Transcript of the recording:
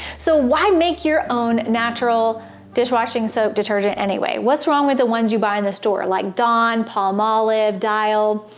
so why make your own natural dishwashing soap detergent anyway? what's wrong with the ones you buy in the store like dawn, palmolive, dial,